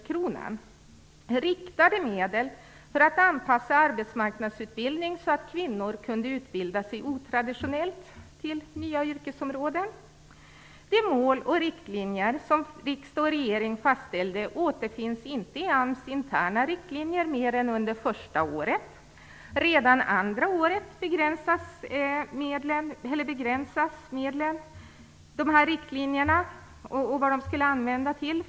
Det är riktade medel för att anpassa arbetsmarknadsutbildning så att kvinnor skall kunna utbilda sig otraditionellt inom nya yrkesområden. De mål och riktlinjer som riksdag och regering fastställde återfinns inte i AMS interna riktlinjer mer än under första året. Redan andra året begränsas medlen och riktlinjerna för vad de skulle användas till.